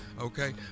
okay